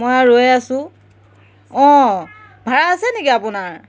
মই ৰৈ আছো অঁ ভাড়া আছে নেকি আপোনাৰ